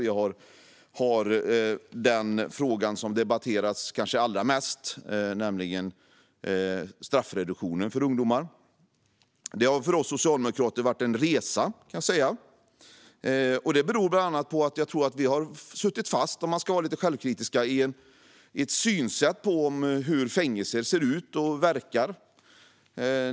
Vidare finns den fråga som kanske har debatterats allra mest, nämligen straffreduktion för ungdomar. Det har för oss socialdemokrater varit en resa, och om jag ska vara lite självkritisk beror det på att vi har suttit fast i ett synsätt om hur fängelser ser ut och verkar.